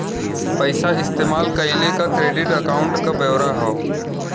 पइसा इस्तेमाल कइले क क्रेडिट अकाउंट क ब्योरा हौ